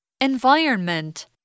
Environment